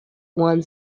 one